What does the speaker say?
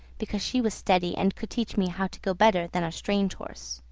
because she was steady and could teach me how to go better than a strange horse.